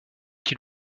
qui